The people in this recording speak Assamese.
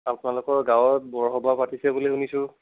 আপোনালোকৰ গাঁৱত বৰসবাহ পাতিছে বুলি শুনিছোঁ